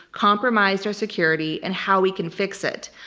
compromised our security, and how we can fix it.